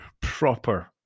proper